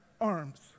arms